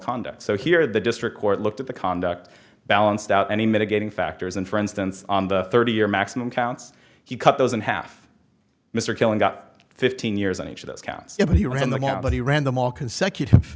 conduct so here the district court looked at the conduct balanced out any mitigating factors and for instance on the thirty year maximum counts he cut those in half mr killen got fifteen years on each of those counts and he ran that but he ran them all consecutive